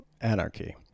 anarchy